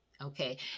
Okay